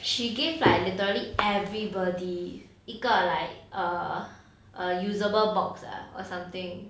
she give like literally everybody 一个 like err a usable box ah or something